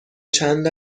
چند